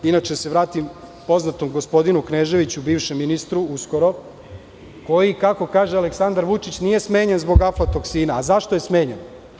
Inače, da se vratim poznatom gospodinu Kneževiću, bivšem ministru uskoro, koji kako kaže Aleksandar Vučić nije smenjen zbog aflatoksina, a zašto je smenjen?